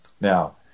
Now